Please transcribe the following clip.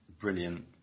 brilliant